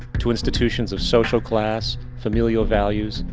to institutions of social class, familiar values,